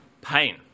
pain